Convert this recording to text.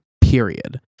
Period